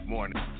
Morning